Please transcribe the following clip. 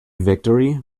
victory